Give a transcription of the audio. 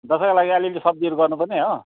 दसैँको लागि अलिअलि सब्जीहरू गर्नु पर्ने हो